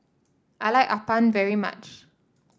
I like Appam very much